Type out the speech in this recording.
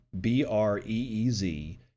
B-R-E-E-Z